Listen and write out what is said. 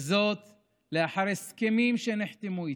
וזאת לאחר שנחתמו הסכמים איתם.